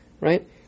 right